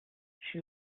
she